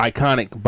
Iconic